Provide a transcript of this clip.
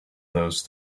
those